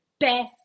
best